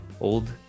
old